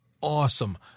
awesome